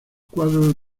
cuadros